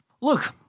Look